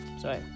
sorry